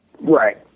Right